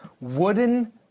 wooden